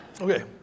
Okay